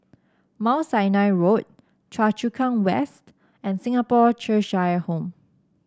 Mount Sinai Road Choa Chu Kang West and Singapore Cheshire Home